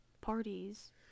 parties